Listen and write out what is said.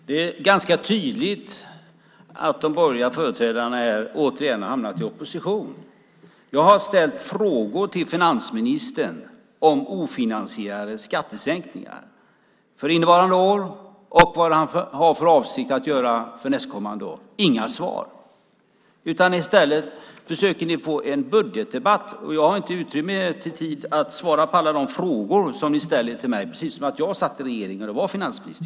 Herr talman! Det är ganska tydligt att de borgerliga företrädarna här återigen har hamnat i opposition. Jag har ställt frågor till finansministern om ofinansierade skattesänkningar för innevarande år och vad han har för avsikt att göra för nästkommande år. Jag får inga svar. I stället försöker ni få en budgetdebatt. Jag har inte tillräckligt med tid att svara på alla de frågor som ni ställer till mig, precis som om jag satt i regeringen och var finansminister.